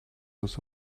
was